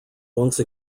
once